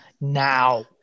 now